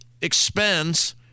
expense